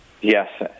Yes